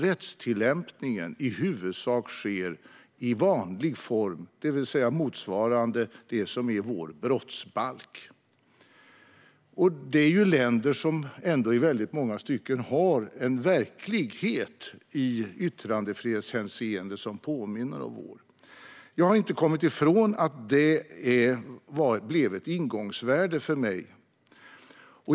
Rättstillämpningen sker dock i huvudsak i vanlig form, det vill säga motsvarande vår brottsbalk. Detta är ju länder som i yttrandefrihetshänseende i många stycken ändå har en verklighet som påminner om vår. Jag har inte kommit ifrån att detta blev ett ingångsvärde för mig.